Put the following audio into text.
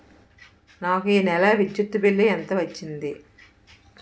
నాకు ఈ నెల విద్యుత్ బిల్లు ఎంత వచ్చింది?